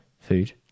Food